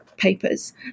papers